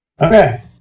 Okay